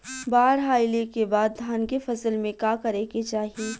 बाढ़ आइले के बाद धान के फसल में का करे के चाही?